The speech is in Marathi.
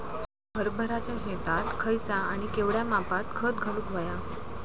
हरभराच्या शेतात खयचा आणि केवढया मापात खत घालुक व्हया?